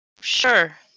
Sure